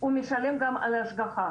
הוא משלם גם על השגחה,